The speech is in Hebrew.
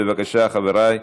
בבקשה, חברי.